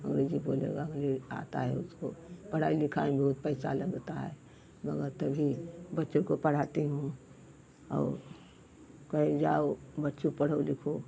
अँग्रेजी बोलेगा ये आता है उसकी पढ़ाई लिखाई में बहुत पैसा लगता है मगर तभी बच्चों को पढ़ाती हूँ और कई जाओ बच्चों पढ़ो लिखो